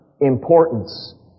importance